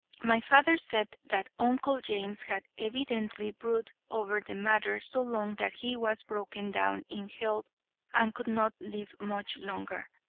my father said that uncle james had evidently brooded over the matter so long that he was broken down in health and could not live much longer.